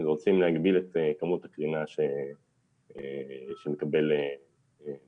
רוצים להגביל את כמות הקרינה שמקבל מטופל.